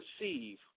receive